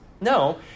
No